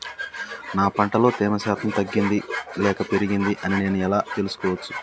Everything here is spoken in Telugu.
నా పంట లో తేమ శాతం తగ్గింది లేక పెరిగింది అని నేను ఎలా తెలుసుకోవచ్చు?